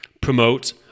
promote